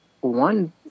one